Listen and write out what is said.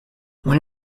when